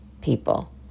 people